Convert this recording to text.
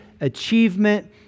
achievement